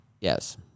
Yes